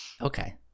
Okay